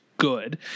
Good